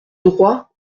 droit